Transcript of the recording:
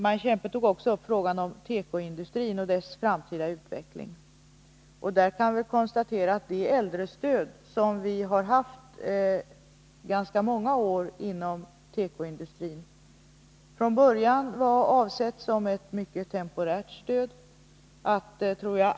Maj Kempe tog också upp frågan om tekoindustrin och dess framtida utveckling, och där kan vi konstatera att det äldrestöd som vi haft under ganska många år inom tekoindustrin från början var avsett som ett mycket temporärt stöd.